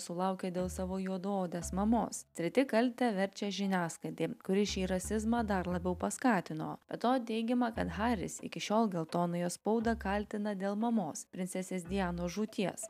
sulaukė dėl savo juodaodės mamos treti kaltę verčia žiniasklaidai kuri šį rasizmą dar labiau paskatino be to teigiama kad haris iki šiol geltonąją spaudą kaltina dėl mamos princesės dianos žūties